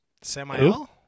Samuel